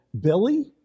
Billy